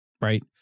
right